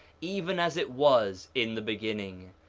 even as it was in the beginning.